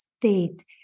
state